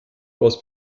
aus